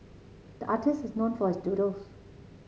the artist is known for his doodles